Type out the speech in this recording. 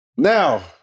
Now